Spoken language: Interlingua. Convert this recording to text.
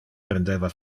prendeva